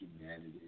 humanity